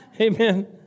Amen